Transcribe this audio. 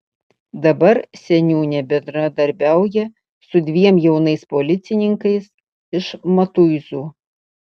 dabar seniūnė bendradarbiauja su dviem jaunais policininkais iš matuizų